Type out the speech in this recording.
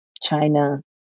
China